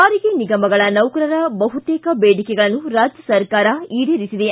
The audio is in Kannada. ಸಾರಿಗೆ ನಿಗಮಗಳ ನೌಕರರ ಬಹುತೇಕ ಬೇಡಿಕೆಗಳನ್ನು ರಾಜ್ಯ ಸರ್ಕಾರ ಈಡೇರಿಸಿದೆ